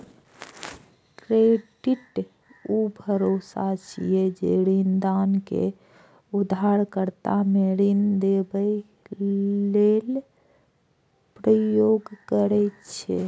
credit ऊ भरोसा छियै, जे ऋणदाता कें उधारकर्ता कें ऋण देबय लेल प्रेरित करै छै